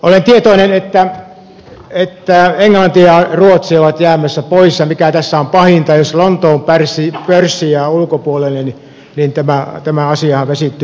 olen tietoinen että englanti ja ruotsi ovat jäämässä pois ja mikä tässä on pahinta jos lontoon pörssi jää ulkopuolelle niin tämä asiahan vesittyy lähes kokonaan